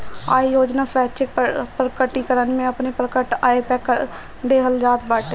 आय योजना स्वैच्छिक प्रकटीकरण में अपनी प्रकट आय पअ कर देहल जात बाटे